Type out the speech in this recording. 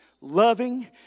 loving